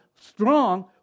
strong